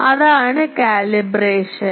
അതിനാൽ അതാണ് കാലിബ്രേഷൻ